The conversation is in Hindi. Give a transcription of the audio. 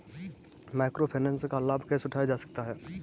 माइक्रो फाइनेंस का लाभ कैसे उठाया जा सकता है?